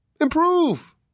Improve